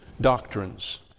doctrines